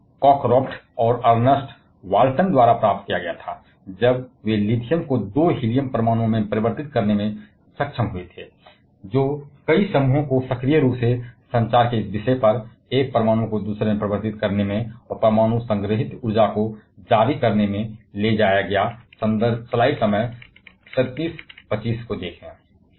John Cockcroft और Ernest Walton द्वारा 1932 में हासिल की गई जब वे लिथियम को दो हीलियम परमाणुओं में परिवर्तित करने में सक्षम थे जो कई समूहों को सक्रिय रूप से संचार के इस विषय पर काम कर रहा है जो एक परमाणु को दूसरे में परिवर्तित कर रहा है और परमाणु में संग्रहीत ऊर्जा को जारी करके